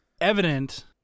evident